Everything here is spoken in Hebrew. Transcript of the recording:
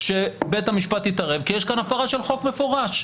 שבית המשפט יתערב כי יש כאן הפרה של חוק מפורש.